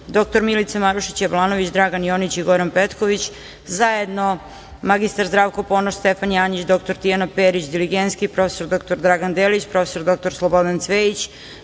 dr Milica Marušić Jablanović, Dragan Jonić i Goran Petković, zajedno mr. Zdravko Ponoš, Stefan Janjić, dr Tijana Perić Diligentski, prof. dr Dragan Delić, prof. dr Slobodan Cvejić,